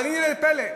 אבל הנה פלא,